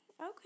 okay